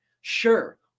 sure